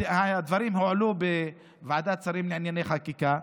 הדברים הועלו בוועדת שרים לענייני חקיקה.